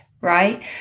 right